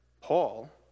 Paul